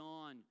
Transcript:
on